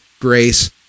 grace